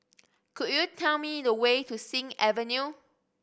could you tell me the way to Sing Avenue